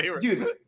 Dude